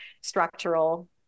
structural